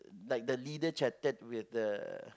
like the leader chatted with the